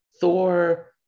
Thor